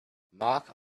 mark